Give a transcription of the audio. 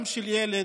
גם של ילד,